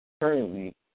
Currently